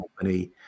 company